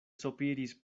sopiris